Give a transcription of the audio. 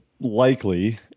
likely